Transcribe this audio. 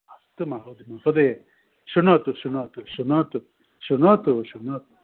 अस्तु महोदय महोदय शृणोतु शृणोतु शृणोतु शृणोतु शृणोतु